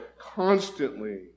constantly